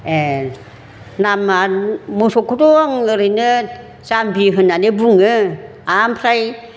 ए नामआ मोसौखौथ' आं ओरैनो जामबि होननानै बुङो ओमफ्राय